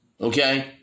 okay